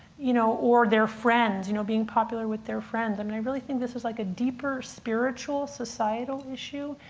you know or their friends, you know, being popular with their friends. i mean, i really think this is like a deeper spiritual, societal issue,